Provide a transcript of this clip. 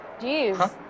Jeez